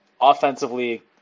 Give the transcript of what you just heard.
offensively